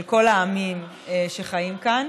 כל העמים שחיים כאן